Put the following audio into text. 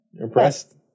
impressed